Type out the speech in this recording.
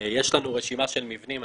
יש לנו רשימה של מבנים.